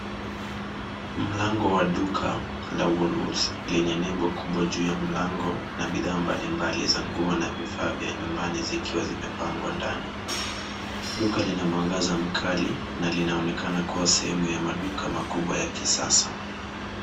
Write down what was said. Mlango wa duka la woolworths lenye nembo kubwa juu ya mlango na bidhaa mbali mbali za nguo na vifaa vya nyumbani zikiwa zimepangwa ndani duka lina mwangaza mkali na linaonekana kuwa sehemu ya maduka makubwa ya kisasa.